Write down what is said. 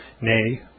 nay